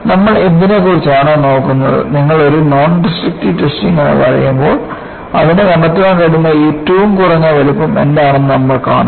നമ്മൾ എന്തിനെക്കുറിച്ചാണ് നോക്കുന്നതു നിങ്ങൾ ഒരു നോൺഡസ്ട്രക്റ്റീവ് ടെസ്റ്റിംഗ് എന്നു പറയുമ്പോൾ അതിനു കണ്ടെത്താൻ കഴിയുന്ന ഏറ്റവും കുറഞ്ഞ വലുപ്പം എന്താണെന്ന് നമ്മൾ കാണും